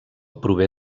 prové